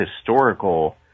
historical